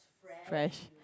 fresh